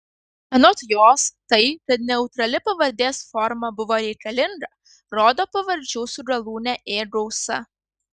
anot jos tai kad neutrali pavardės forma buvo reikalinga rodo pavardžių su galūne ė gausa